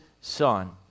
Son